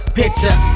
picture